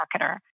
marketer